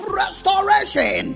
restoration